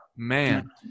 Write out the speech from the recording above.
Man